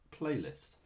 playlist